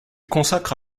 consacre